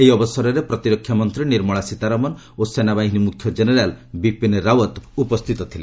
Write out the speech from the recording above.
ଏହି ଅବସରରେ ପ୍ରତିରକ୍ଷା ମନ୍ତ୍ରୀ ନିର୍ମଳା ସୀତାରମଣ ଓ ସେନାବାହିନୀ ମୁଖ୍ୟ ଜେନେରାଲ୍ ବିପିନ୍ ରାଓ୍ୱତ୍ ଉପସ୍ଥିତ ଥିଲେ